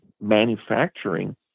manufacturing